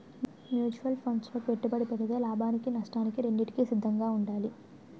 mutual funds లో పెట్టుబడి పెడితే లాభానికి నష్టానికి రెండింటికి సిద్ధంగా ఉండాలి